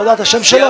אתה יודע את השם שלו?